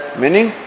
meaning